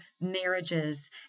marriages